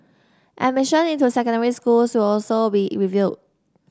admission into secondary schools will also be reviewed